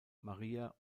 maria